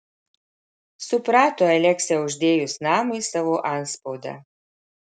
suprato aleksę uždėjus namui savo antspaudą